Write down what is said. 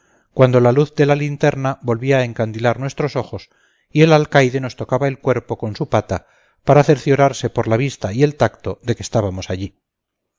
cuando la luz de la linterna volvía a encandilar nuestros ojos y el alcaide nos tocaba el cuerpo con su pata para cerciorarse por la vista y el tacto de que estábamos allí